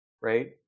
Right